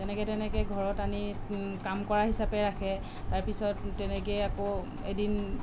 তেনেকৈ তেনেকৈ ঘৰত আনি কাম কৰা হিচাপে ৰাখে তাৰপিছত তেনেকৈ আকৌ এদিন